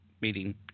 meeting